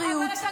הבריאות,